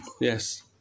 Yes